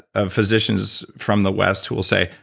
ah physicians from the west who'll say,